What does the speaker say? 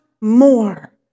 more